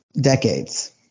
decades